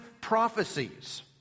prophecies